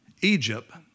Egypt